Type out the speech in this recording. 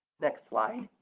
next slide.